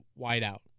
wideout